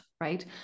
right